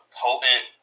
potent